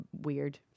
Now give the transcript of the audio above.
weird